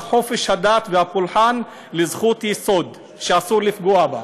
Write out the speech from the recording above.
חופש הדת והפולחן לזכות יסוד שאסור לפגוע בה.